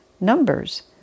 numbers